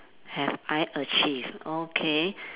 have I achieved okay